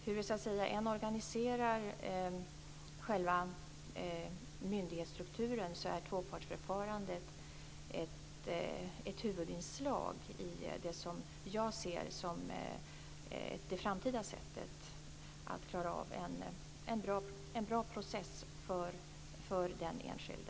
Hur vi än organiserar själva myndighetsstrukturen är tvåpartsförfarandet ett huvudinslag i det som jag ser som det framtida sättet att klara av en bra process för den enskilde.